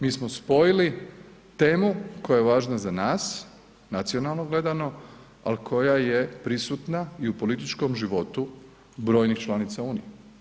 Mi smo spojili temu koja je važna za nas, nacionalno gledano, ali koja je prisutna i u političkom životu brojnih članica unije.